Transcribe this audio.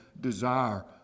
desire